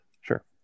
Sure